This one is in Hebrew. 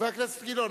חבר הכנסת גילאון,